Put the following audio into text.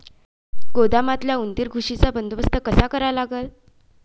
गोदामातल्या उंदीर, घुशीचा बंदोबस्त कसा करा लागन?